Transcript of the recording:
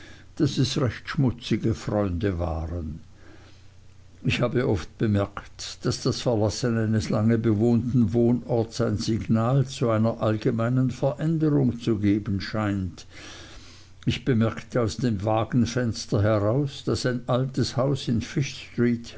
daß es recht schmutzige freunde waren ich habe oft bemerkt daß das verlassen eines lang bewohnten wohnorts ein signal zu einer allgemeinen veränderung zu geben scheint ich bemerkte aus dem wagenfenster heraus daß ein altes haus in